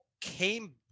came